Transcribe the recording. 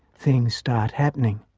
things start happening.